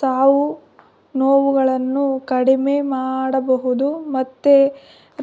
ಸಾವು ನೋವುಗಳನ್ನು ಕಡಿಮೆ ಮಾಡಬಹುದು ಮತ್ತು